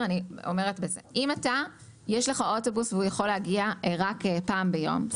אם יש לך אוטובוס והוא יכול להגיע רק פעם ביום,